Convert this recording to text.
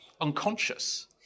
unconscious